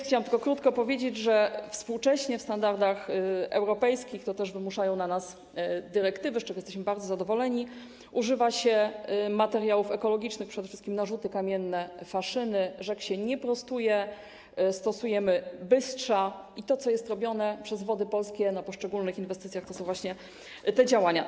Chciałam tylko krótko powiedzieć, że współcześnie, w standardach europejskich, to też wymuszają na nas dyrektywy, z czego jesteśmy bardzo zadowoleni, używa się materiałów ekologicznych, są to przede wszystkim narzuty kamienne, faszyny, rzek się nie prostuje, stosujemy bystrza i to, co jest robione przez Wody Polskie na poszczególnych inwestycjach, to są właśnie te działania.